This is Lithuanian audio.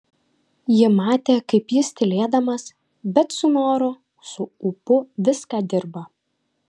ji matė kaip jis tylėdamas bet su noru su ūpu viską dirba